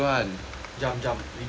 jump jump we jump at orange